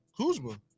Kuzma